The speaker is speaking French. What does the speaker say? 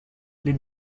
les